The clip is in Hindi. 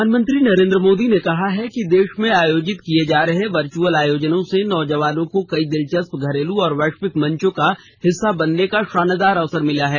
प्रधानमंत्री नरेन्द्र मोदी ने कहा है कि देश में आयोजित किये जा रहे वर्चुअल आयोजनों से नौजवानों को कई दिलचस्प घरेलू और वैश्विक मंचों का हिस्सा बनने का शानदार अवसर मिला है